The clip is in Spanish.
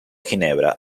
ginebra